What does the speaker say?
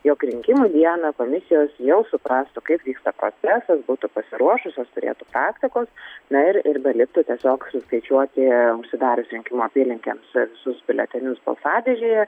jog rinkimų dieną komisijos jau suprastų kaip vyksta procesas būtų pasiruošusios turėtų praktikos na ir ir beliktų tiesiog suskaičiuoti užsidarius rinkimų apylinkėms visus biuletenius balsadėžėje